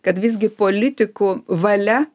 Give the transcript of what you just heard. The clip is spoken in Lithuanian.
kad visgi politikų valia